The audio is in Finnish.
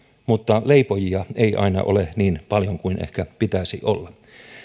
mutta leipojia ei aina ole niin paljon kuin ehkä pitäisi olla